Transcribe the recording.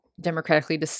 democratically